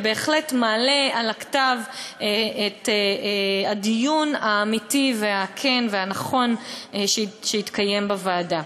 ובהחלט מעלה על הכתב את הדיון האמיתי והכן והנכון שהתקיים בוועדה.